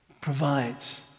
provides